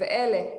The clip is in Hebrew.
אלה,